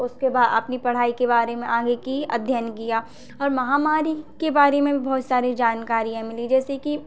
उसके अपनी पढ़ाई के बारे में आगे की अध्ययन किया और महामारी के बारे में बहुत सारी जानकारियाँ मिलीं जैसे कि